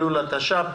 ד' באלול התש"ף.